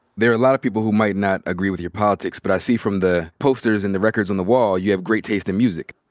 there are a lot of people who might not agree with your politics, but i see from the posters and the records on the wall you have great taste in music.